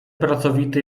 pracowity